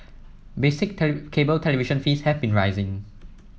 basic cable television fees have been rising